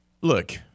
Look